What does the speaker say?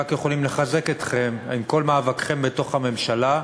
רק יכולים לחזק אתכם בכל מאבקיכם בתוך הממשלה.